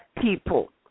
people